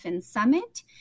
summit